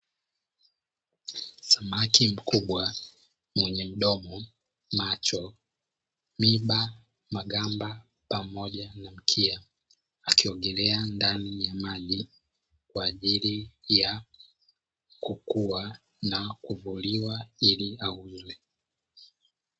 Samaki mkubwa mwenye mdomo, macho, miba, magamba pamoja na mkia akiogelea ndani ya maji, kwa ajili ya kukua na kuvuliwa ili auzwe.